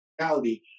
reality